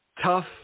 tough